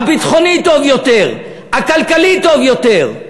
המצב הביטחוני טוב יותר והמצב הכלכלי טוב יותר.